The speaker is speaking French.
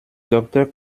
docteur